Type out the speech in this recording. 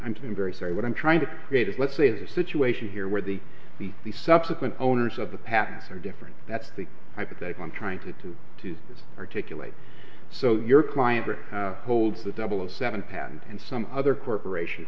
i'm very sorry what i'm trying to create is let's say the situation here where the we the subsequent owners of the patents are different that's the hypothetical i'm trying to to to articulate so that your client holds the double of seven patent and some other corporation